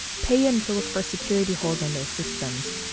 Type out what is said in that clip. pay him to look for security holes in their systems,